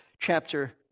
chapter